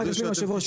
ערב.